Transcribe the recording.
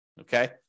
Okay